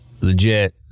Legit